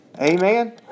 Amen